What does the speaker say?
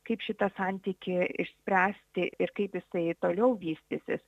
kaip šitą santykį išspręsti ir kaip jisai toliau vystysis